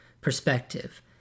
perspective